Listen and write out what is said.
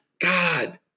God